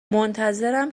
منتظرم